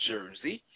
Jersey